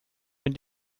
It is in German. wenn